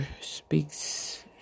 speaks